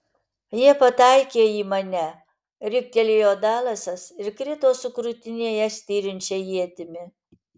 jie pataikė į mane riktelėjo dalasas ir krito su krūtinėje styrinčia ietimi